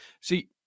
See